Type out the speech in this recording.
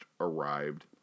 arrived